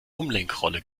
umlenkrolle